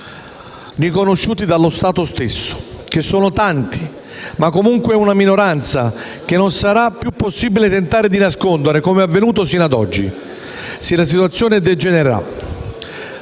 riconosciuti dallo Stato stesso, che sono tanti, anche se una minoranza, che non sarà più possibile tentare di nascondere, come è avvenuto sino ad oggi, se la situazione degenererà.